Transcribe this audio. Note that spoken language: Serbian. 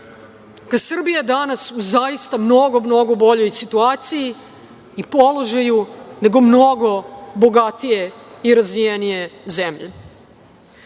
je danas zaista u mnogo, mnogo boljoj situaciji i položaju nego mnogo bogatije i razvijenije zemlje. Ovde